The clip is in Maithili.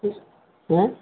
आँय